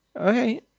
Okay